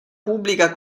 pubblica